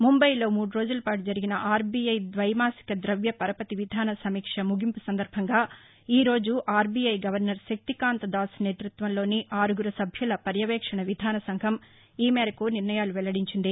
ముంబైలో మూడు రోజుల పాటు జరిగిన ఆర్బీఐ ద్వైమాసిక గ్రప్య పరపతి విధాన సమీక్ష ముగింపు సందర్బంగా ఈ రోజు ఆర్బీఐ గవర్నర్ శక్తికాంత దాస్ నేతృత్వంలోని ఆరుగురు సభ్యుల పర్యవేక్షణ విధాన సంఘం ఈ మేరకు నిర్ణయాలు వెల్లడించింది